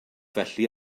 felly